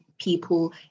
people